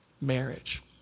marriage